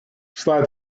slide